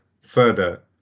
further